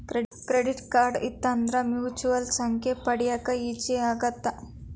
Credit card ಇತ್ತಂದ್ರ virtual ಸಂಖ್ಯೆ ಪಡ್ಯಾಕ ಈಜಿ ಆಗತ್ತ?